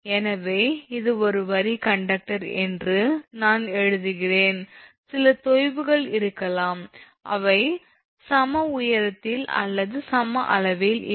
எனவே இது ஒரு வரி கண்டக்டர் என்று நான் கருதுகிறேன் சில தொய்வுகள் இருக்கலாம் அவை சம உயரத்தில் அல்லது சம அளவில் இல்லை